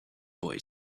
boy